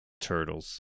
turtles